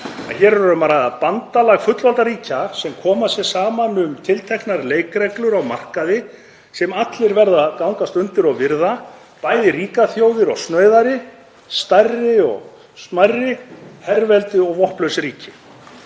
að ræða bandalag fullvalda ríkja sem koma sér saman um tilteknar leikreglur á markaði sem allir verða að gangast undir og virða, bæði ríkar þjóðir og snauðari, stærri og smærri, herveldi og vopnlaus ríki.